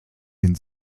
den